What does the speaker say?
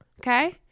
Okay